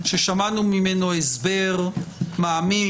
ששמענו ממנו הסבר מעמיק,